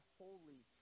holy